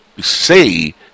say